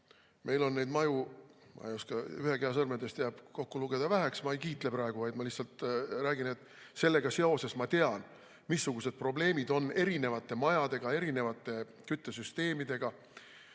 Meil on neid maju, ma ei oskagi [öelda], ühe käe sõrmedest jääb väheks, et kokku lugeda – ma ei kiitle praegu, vaid ma lihtsalt räägin, et sellega seoses ma tean, missugused probleemid on erinevate majadega, erinevate küttesüsteemidega: